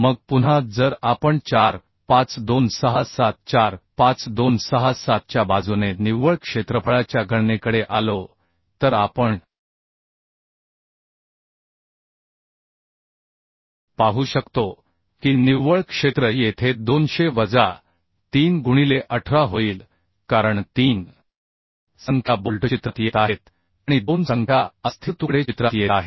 मग पुन्हा जर आपण 45267 45267 च्या बाजूने निव्वळ क्षेत्रफळाच्या गणनेकडे आलो तर आपण पाहू शकतो की निव्वळ क्षेत्र येथे 200 वजा 3 गुणिले 18 होईल कारण 3संख्या बोल्ट चित्रात येत आहेत आणि 2 संख्या अस्थिर तुकडे चित्रात येत आहेत